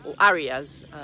areas